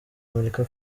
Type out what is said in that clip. amerika